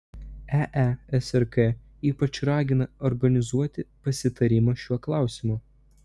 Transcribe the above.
eesrk ypač ragina organizuoti pasitarimą šiuo klausimu